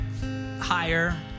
higher